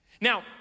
Now